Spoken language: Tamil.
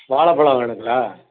வாழைப்பளம் வேணுங்களா